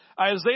Isaiah